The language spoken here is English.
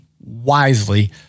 wisely